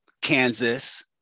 Kansas